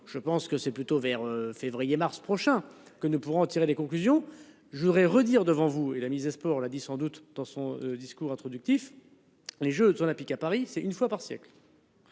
je pense que c'est plutôt vers février mars prochain que ne pourrons en tirer des conclusions. Je voudrais redire devant vous et la mise et sport là dit sans doute dans son discours introductif, les jeux olympiques à Paris, c'est une fois par siècle.